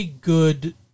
good